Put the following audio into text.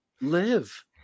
live